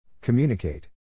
Communicate